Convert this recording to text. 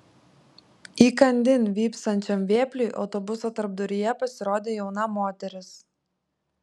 įkandin vypsančiam vėpliui autobuso tarpduryje pasirodė jauna moteris